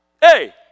Hey